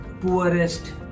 poorest